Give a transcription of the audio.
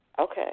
Okay